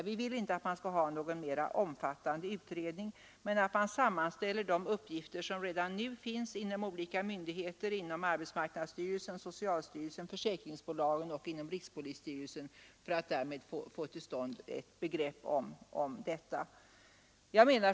Vi vill inte ha någon mer omfattande utredning utan vill att man sammanställer de uppgifter som redan finns inom olika myndigheter, arbetsmarknadsstyrelsen, socialstyrelsen, försäkringsbolagen och rikspolisstyrelsen för att därmed få ett begrepp om detta.